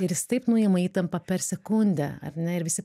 ir jis taip nuima įtampą per sekundę ar ne ir visi